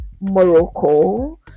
Morocco